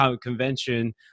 convention